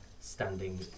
standing